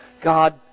god